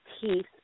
teeth